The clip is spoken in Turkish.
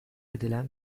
edilen